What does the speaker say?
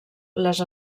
les